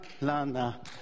Lana